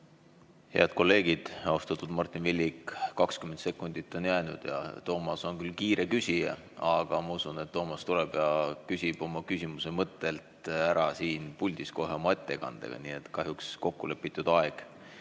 Head kolleegid! Austatud Martin Villig! 20 sekundit on jäänud ja Toomas on küll kiire küsija, aga ma usun, et Toomas tuleb ja küsib oma küsimuse mõtte ära siin puldis kohe oma ettekandega. Kahjuks kokku lepitud aeg